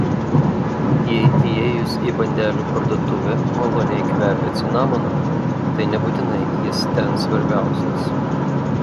jei įėjus į bandelių parduotuvę maloniai kvepia cinamonu tai nebūtinai jis ten svarbiausias